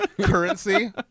currency